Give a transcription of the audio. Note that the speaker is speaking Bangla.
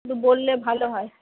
একটু বললে ভালো হয়